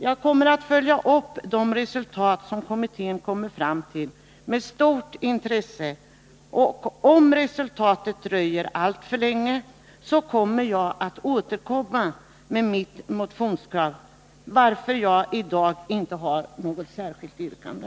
Jag kommer att följa upp de resultat som kommittén kommer fram till med stort intresse, och om resultatet dröjer alltför länge avser jag att återkomma med mitt motionskrav, varför jag i dag inte har något yrkande.